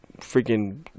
freaking